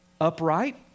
upright